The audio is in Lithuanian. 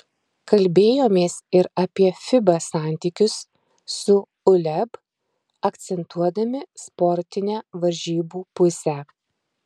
kalbėjomės ir apie fiba santykius su uleb akcentuodami sportinę varžybų pusę